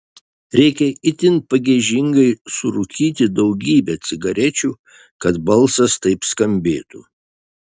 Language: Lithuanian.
reikia itin pagiežingai surūkyti daugybę cigarečių kad balsas taip skambėtų